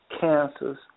cancer's